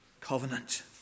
covenant